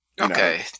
okay